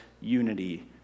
unity